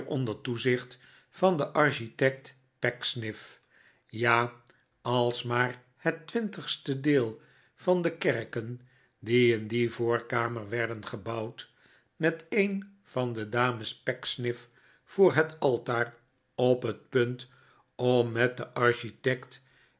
onder toezicht van den architect pecksniff ja als maar het twintigste deel van de kerken die in die voorkamer werden gebouwd met een van de dames pecksniff voor het altaar op het punt om met den architect